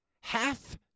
Half